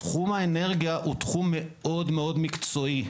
תחום האנרגיה הוא מאוד מקצועי.